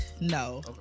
No